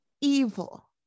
evil